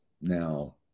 Now